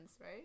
Right